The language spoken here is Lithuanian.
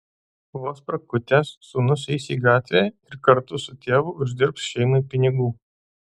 vos prakutęs sūnus eis į gatvę ir kartu su tėvu uždirbs šeimai pinigų